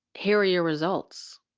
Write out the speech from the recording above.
here are your results